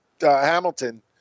Hamilton